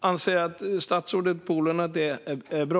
Anser statsrådet Bolund att det är bra?